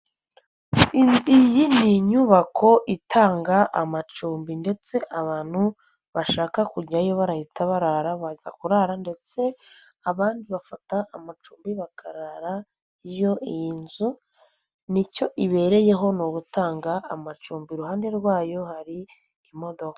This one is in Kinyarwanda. Iyi ni inyubako itanga amacumbi ndetse abantu bashaka kujyayo barahita barara baza kurara ndetse abandi bafata amacumbi bakarara yo, iyi nzu ni cyo ibereyeho ni ugutanga amacumbi, iruhande rwayo hari imodoka.